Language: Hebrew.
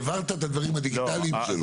העברת את הדברים הדיגיטליים שלו.